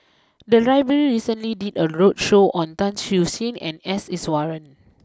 the library recently did a roadshow on Tan Siew Sin and S Iswaran